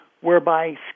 whereby